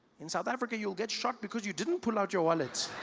in south africa you'll get shot because you didn't pull out your wallet.